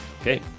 Okay